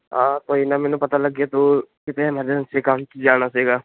ਹਾਂ ਕੋਈ ਨਾ ਮੈਨੂੰ ਪਤਾ ਲੱਗਿਆ ਤੂੰ ਕਿਤੇ ਐਮਰਜੈਂਸੀ ਕੰਮ ਚ ਜਾਣਾ ਸੀਗਾ